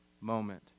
moment